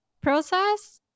process